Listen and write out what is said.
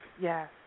Yes